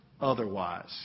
otherwise